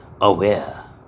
aware